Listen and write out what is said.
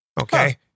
okay